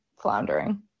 floundering